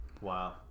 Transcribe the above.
Wow